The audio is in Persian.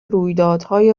رویدادهای